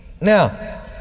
Now